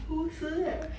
五十 eh